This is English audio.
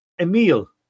Emil